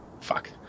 Fuck